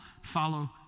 follow